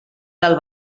del